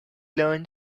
learned